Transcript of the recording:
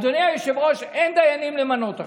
אדוני היושב-ראש, אין דיינים למנות עכשיו.